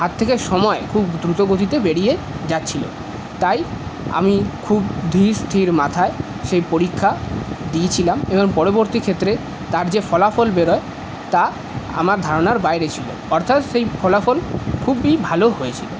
হাত থেকে সময় খুব দ্রুত গতিতে বেরিয়ে যাচ্ছিল তাই আমি খুব ধীর স্থির মাথায় সেই পরীক্ষা দিয়েছিলাম এবং পরবর্তী ক্ষেত্রে তার যে ফলাফল বেরোয় তা আমার ধারনার বাইরে ছিল অর্থাৎ সেই ফলাফল খুবই ভালো হয়েছিল